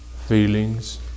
feelings